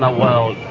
ah well,